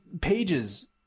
pages